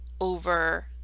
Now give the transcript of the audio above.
over